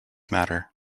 matter